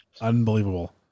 unbelievable